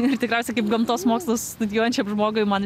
ir tikriausiai kaip gamtos mokslus studijuojančiam žmogui man